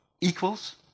equals